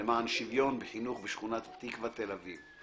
- למען שוויון בחינוך בשכונת התקווה תל-אביב.